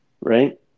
Right